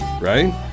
right